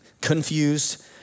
confused